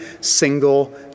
single